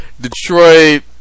Detroit